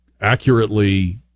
accurately